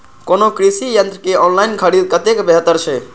कोनो कृषि यंत्र के ऑनलाइन खरीद कतेक बेहतर छै?